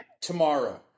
tomorrow